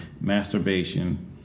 masturbation